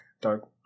Dark